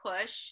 push